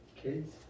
Kids